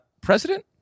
president